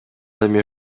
эми